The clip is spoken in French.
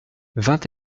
vingt